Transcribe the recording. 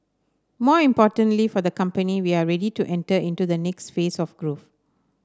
more importantly for the company we are ready to enter into the next phase of growth